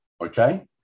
Okay